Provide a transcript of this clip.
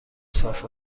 صاف